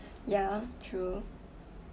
ya true